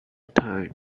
time